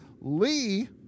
lee